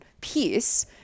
peace